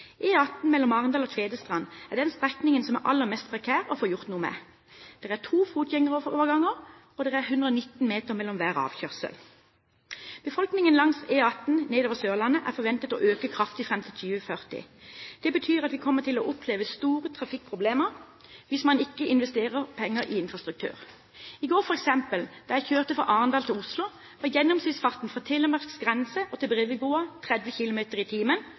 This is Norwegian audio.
mellom Arendal og Tvedestrand er den strekningen som er aller mest prekær å få gjort noe med. Det er to fotgjengeroverganger, og det er 119 meter mellom hver avkjørsel. Folketallet langs E18 nedover Sørlandet er forventet å øke kraftig frem til 2040. Det betyr at vi kommer til å oppleve store trafikkproblemer hvis man ikke investerer penger i infrastruktur. I går, da jeg kjørte fra Arendal til Oslo, var gjennomsnittsfarten fra Telemarks grense til Brevikbrua 30 km/t,